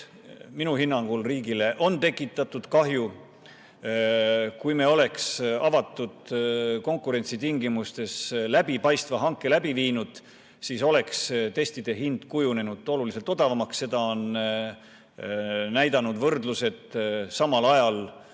minu hinnangul on riigile tekitatud kahju. Kui me oleksime avatud konkurentsi tingimustes läbipaistva hanke läbi viinud, siis oleks testide hind kujunenud oluliselt odavamaks. Seda on näidanud võrdlused samal ajal